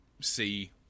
see